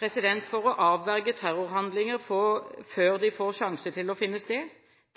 For å avverge terrorhandlinger før de får sjanse til å finne sted,